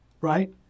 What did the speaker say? Right